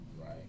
right